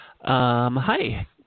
Hi